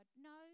No